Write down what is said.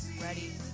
ready